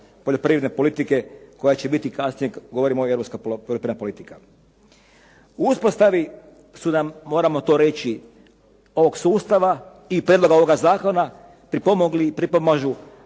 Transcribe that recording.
poljoprivredne politike koja će biti kasnije kad govorimo o europska poljoprivredna politika. U uspostavi su nam, moramo to reći ovog sustava i prijedloga ovoga zakona pripomogli i pripomažu